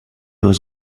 was